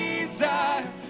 desire